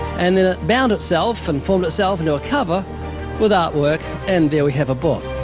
and then it bound itself and formed itself into a cover without work? and there we have a book.